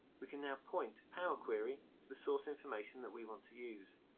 we can now point power query to the source information that we want to use.